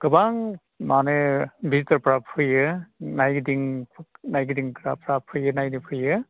गोबां माने बिथोरफ्रा फैयो नायगिदिं नायगिदिंग्राफ्रा फैयो नायनो फैयो